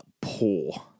poor